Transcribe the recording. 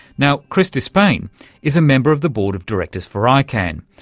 now, chris disspain is a member of the board of directors for icann,